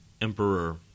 Emperor